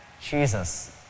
Jesus